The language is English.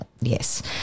yes